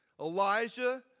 Elijah